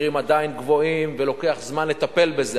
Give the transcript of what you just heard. המחירים עדיין גבוהים ולוקח זמן לטפל בזה,